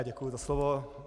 Děkuji za slovo.